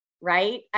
right